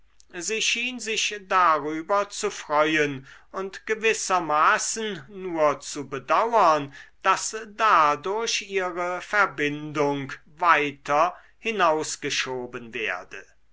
sie schien sich darüber zu freuen und gewissermaßen nur zu bedauern daß dadurch ihre verbindung weiter hinausgeschoben werde